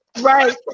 Right